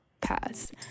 pass